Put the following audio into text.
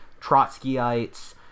Trotskyites